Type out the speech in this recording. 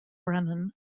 brennan